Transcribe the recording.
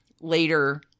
later